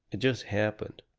it just happened.